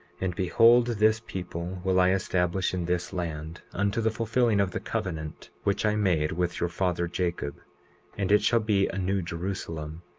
and behold, this people will i establish in this land, unto the fulfilling of the covenant which i made with your father jacob and it shall be a new jerusalem.